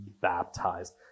baptized